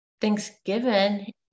thanksgiving